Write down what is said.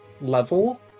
level